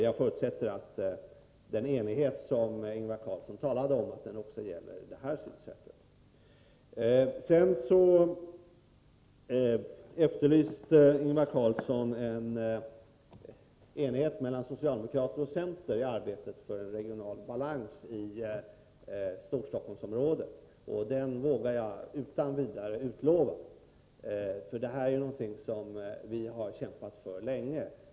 Jag förutsätter att den enighet som Ingvar Carlsson talar om också gäller detta synsätt. Ingvar Carlsson efterlyste en enighet mellan socialdemokraterna och centern i arbetet för regional balans i Storstockholmsområdet, och en sådan enighet vågar jag utan vidare utlova. Detta är någonting som vi har kämpat för länge.